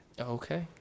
okay